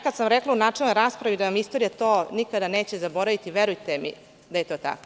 Kada sam rekla u načelnoj raspravi da vam istorija to nikada neće zaboraviti, verujte mi da je to tako.